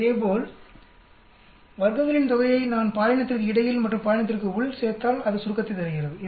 இதேபோல் வர்க்கங்களின் தொகையை நான் பாலினத்திற்கு இடையில் மற்றும் பாலினத்திற்கு உள் சேர்த்தால் அது சுருக்கத்தை தருகிறது